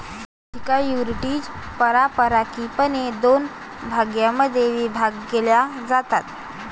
securities पारंपारिकपणे दोन भागांमध्ये विभागल्या जातात